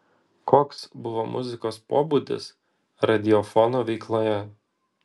koks buvo muzikos pobūdis radiofono veikloje